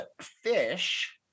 fish